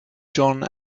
john